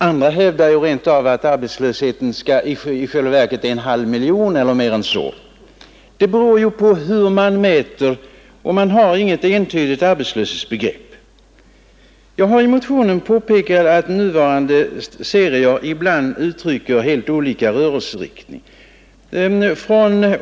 Andra hävdar rent av att arbetslösheten i själva verket är en halv miljon eller mer. Det beror på hur man mäter — det finns inget entydigt arbetslöshetsbegrepp. Jag har i motionen påpekat att nuvarande statistiska serier ibland uttrycker helt olika rörelseriktning.